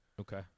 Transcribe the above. Okay